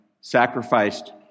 sacrificed